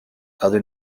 other